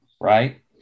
Right